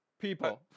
People